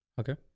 Okay